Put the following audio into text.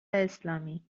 اسلامی